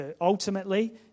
ultimately